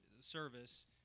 service